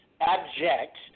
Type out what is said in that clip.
abject